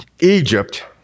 Egypt